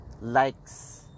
likes